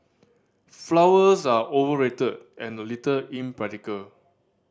flowers are overrated and a little impractical